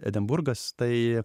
edinburgas tai